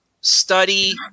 study